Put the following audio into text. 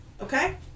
Okay